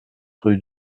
rue